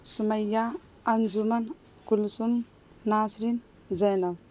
Sumaiya Anjum Kulsoom Nasreen Zainab